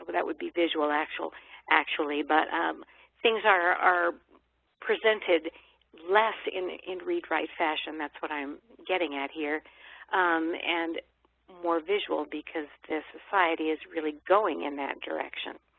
that would be visual actually actually but um things are are presented less in in read write fashion. that's what i'm getting at here and more visual because the society is really going in that direction.